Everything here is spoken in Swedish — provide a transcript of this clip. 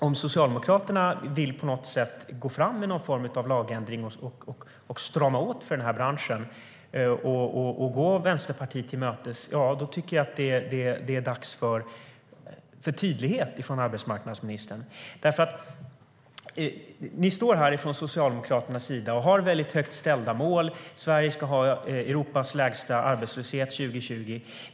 Om Socialdemokraterna på något sätt vill gå fram med någon form av lagändring och strama åt för den här branschen och gå Vänsterpartiet till mötes tycker jag att det är dags för tydlighet från arbetsmarknadsministern. Ni står här från Socialdemokraternas sida och har väldigt högt ställda mål - Sverige ska ha Europas lägsta arbetslöshet 2020.